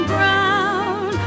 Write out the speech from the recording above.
Brown